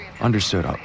Understood